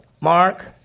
Mark